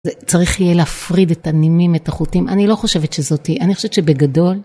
זה צריך יהיה להפריד את הנימים, את החוטים, אני לא חושבת שזאתי, אני חושבת שבגדול.